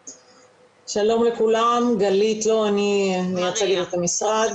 שלום לכולם, גלית לא, אני מייצגת את המשרד.